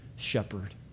shepherd